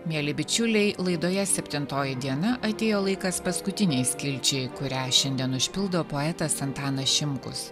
mieli bičiuliai laidoje septintoji diena atėjo laikas paskutinei skilčiai kurią šiandien užpildo poetas antanas šimkus